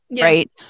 right